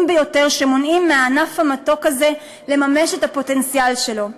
ביותר שמונעים מהענף המתוק הזה לממש את הפוטנציאל שלו.